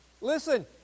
Listen